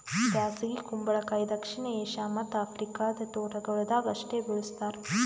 ಬ್ಯಾಸಗಿ ಕುಂಬಳಕಾಯಿ ದಕ್ಷಿಣ ಏಷ್ಯಾ ಮತ್ತ್ ಆಫ್ರಿಕಾದ ತೋಟಗೊಳ್ದಾಗ್ ಅಷ್ಟೆ ಬೆಳುಸ್ತಾರ್